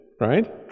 right